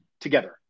together